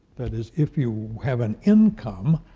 that is, if you have an income,